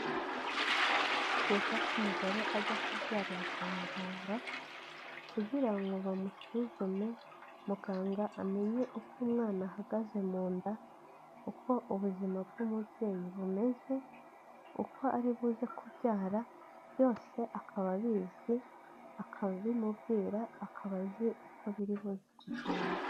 Ni byiza ko umugore ajya kubyarira kwa muganga, kugira ngo bamusuzume muganga amenye uko umwana ahagaze mu nda, uko ubuzima bw'umubyeyi bumeze, uko aribuze kubyara, byose akaba abizi akabimubwira, akaba azi uko biri buze kugenda.